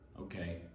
Okay